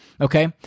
Okay